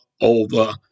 over